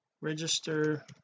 register